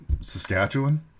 Saskatchewan